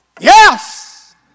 yes